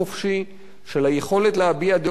של היכולת להביע דעות ביקורתיות,